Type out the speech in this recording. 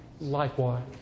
likewise